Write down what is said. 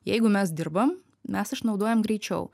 jeigu mes dirbam mes išnaudojam greičiau